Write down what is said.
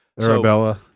Arabella